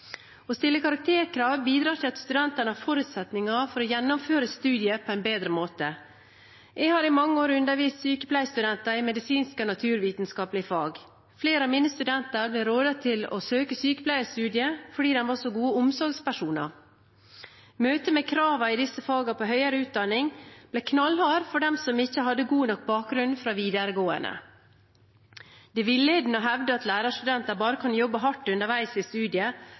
Å stille karakterkrav bidrar til at studentene har forutsetninger for å gjennomføre studiet på en bedre måte. Jeg har i mange år undervist sykepleierstudenter i medisinske og naturvitenskapelige fag. Flere av mine studenter ble rådet til å søke sykepleiestudiet fordi de var så gode omsorgspersoner. Møtet med kravene i disse fagene i høyere utdanning ble knallhardt for dem som ikke hadde god nok bakgrunn fra videregående. Det er villedende å hevde at lærerstudenter bare kan jobbe hardt underveis i